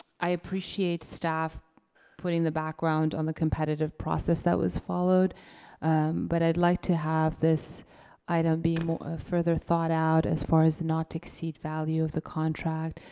i appreciate staff putting the background on the competitive process that was followed but i'd like to have this item be further thought out as far as the not to exceed value of the contract.